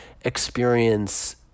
experience